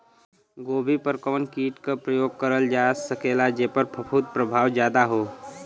गोभी पर कवन कीट क प्रयोग करल जा सकेला जेपर फूंफद प्रभाव ज्यादा हो?